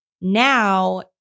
Now